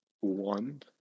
one